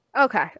Okay